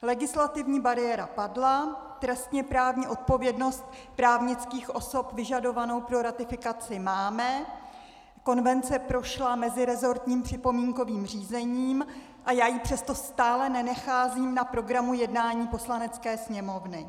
Legislativní bariéra padla, trestněprávní odpovědnost právnických osob vyžadovanou pro ratifikaci máme, konvence prošla meziresortním připomínkovým řízením, a já ji přesto stále nenacházím na programu jednání Poslanecké sněmovny.